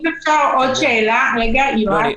אם אפשר עוד שאלה, יואב.